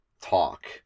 talk